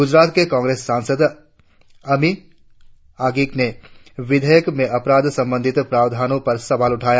गुजरात से कांग्रेस सांसद अमी याज्ञिक ने विधेयक में अपराध संबंधी प्रावधानों पर सवाल उठाया